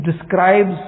describes